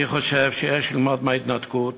אני חושב שיש ללמוד מההתנתקות